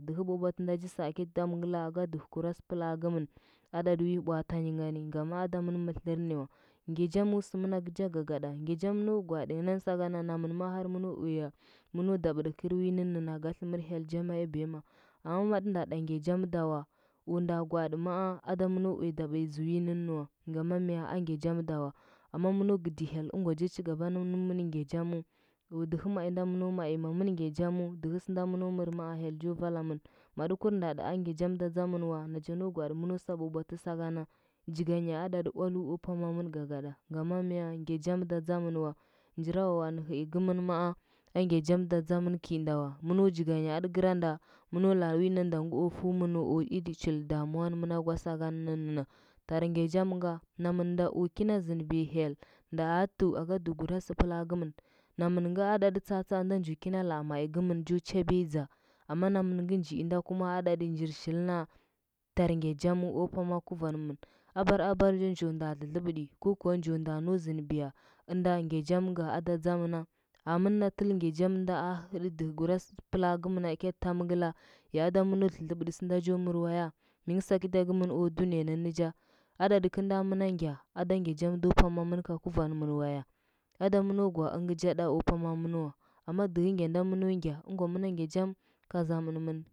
Dɚhɚ bwabwaɗɚ nda ji sa a ketɚ tamngɚla aka dɚhɚ. gura sɚplaa gɚmɚn adaɗi wi baaɗanyi ngani ngama adamɚn mɚrtlɚr nɚwa ngya ya sɚmɚnagɚja gagada ngya jamno gwaaɗi nan sagana har mɚno uya mɚno dabɗɚkɚr wi nɚnnɚna ga tlɚmɚr hyel ja maaa biyama. Amma maɗɚnda ɗa anga jam dawa o nda gwaaɗɚ maa ada mɚno uya dabiya wi nɚnnɚ wa gama mya angya jam dawa amma mɚno gɚdi hyel ɚngwa ja agaba na ɚmɚn ngya jamu o dɚhɚ mai nda mɚno mai ma mɚn ngya jamo dɚhɚ sɚnda mɚno mɚrmaa hyel jo valamɚn madɚgur nda ɗa a ngya jam da tsamɚn wa naja no gwaaɗi mɚno sa bwabwatɚ no gwaaɗi mɚno sa bwabwatɚ sakana jiganya aɗaɗi valu o pamamɚn gagaɗa ngama ngyam da dzamɚn wa njivawawan nɚ hɚ gɚmɚn maa angya jamda dzamɚn kɚi nda wa mɚno jiganya aɗɚ kɚ randa mɚno laa wi nandangɚ o fu mɚno iri anul damuwa nɚ mɚn kwa saka nɚnnɚna tar ngya jam nga namɚnda o kina zɚndibiyo hyel nda a tu aka dɚhɚgura sɚplaa gɚmɚn- namɚnga aɗaɗi tsaatsaa nda njo kina mai kɚmɚn ja chabiyadza amma namɚngɚ njiinda kumo aɗaɗi njir shilna tar ngya jamu o pama guvanmɚn abarabar ngɚ njo nda dlɚdlɚbi ko kuwa njo nda nau zɚndɚlɚbɗiya ɚnda ngya jamnga dda tsamɚna amɚn na tɚn ngya jamnda a hɚɗɚ dɚhɚgura sɚplaa gɚmɚn kyatɚ tamngɚla ya ada mɚno dlɚdlɚbɗi sɚnda jo mɚr waya mi sagɚda kɚmɚn odniya nɚnna jo? Aɗaɗi kɚlnda mɚnongya ada ngya jam do pamamɚn ga guvanmɚn wa ya? Ada mɚno gwaa ɚngɚ jaɗa o pamamɚn wa amma dɚhɚ ngyandamɚno ngya ɚngwa mɚn nga jam ga zamɚn mɚn.